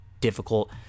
difficult